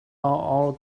all